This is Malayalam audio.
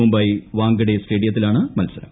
മുംബൈ വാങ്കഡെ സ്റ്റേഡിയത്തിലാണ് മത്സരം